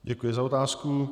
Děkuji za otázku.